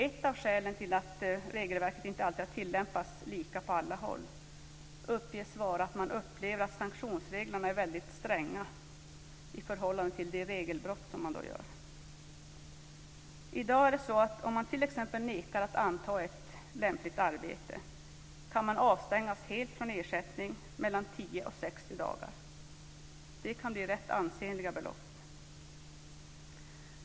Ett av skälen till att regelverket inte alltid har tillämpats lika på alla håll uppges vara att man upplever att sanktionsreglerna är väldigt stränga i förhållande till det regelbrott som man begår. I dag är det så att om man t.ex. nekar att anta ett lämpligt arbete så kan man avstängas helt från ersättning i mellan 10 och 60 dagar. Det kan bli rätt ansenliga belopp.